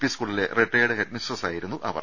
P സ്കൂളിലെ retired ഹെഡ്മിസ്ട്രസായിരുന്നു അവർ